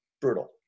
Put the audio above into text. Brutal